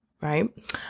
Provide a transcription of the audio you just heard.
right